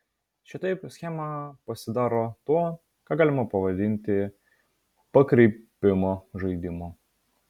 šitaip schema pasidaro tuo ką galima pavadinti pakreipimo žaidimu